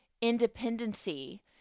independency